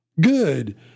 Good